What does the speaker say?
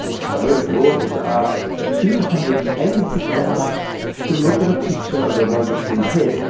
so the authors asked two hundred and eighty six adults to look at a picture of a lotus seed head,